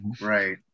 right